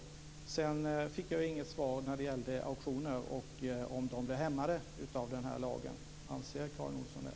Jag fick inget svar på frågan om auktioner hämmas av lagen. Anser Karin Olsson det?